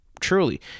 truly